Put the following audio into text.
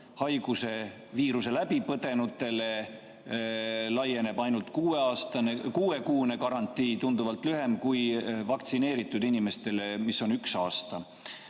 kus haiguse läbipõdenutele laieneb ainult kuuekuune garantii, tunduvalt lühem kui vaktsineeritud inimestele, neil on üks aasta.